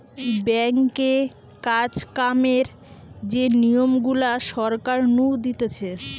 ব্যাঙ্কে কাজ কামের যে নিয়ম গুলা সরকার নু দিতেছে